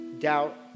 doubt